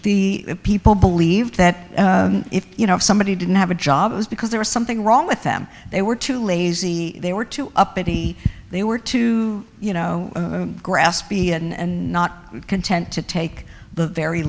the people believe that if you know if somebody didn't have a job it was because there was something wrong with them they were too lazy they were too uppity they were too you know grest b and not content to take the very